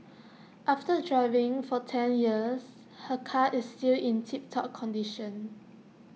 after driving for ten years her car is still in tip top condition